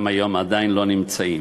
גם היום עדיין לא נמצאים.